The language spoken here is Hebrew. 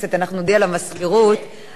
השמות עדיין לא הוחלפו,